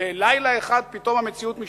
בלילה אחד פתאום המציאות משתנה.